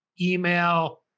email